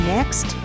Next